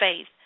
faith